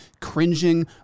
cringing